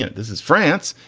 yeah this is france.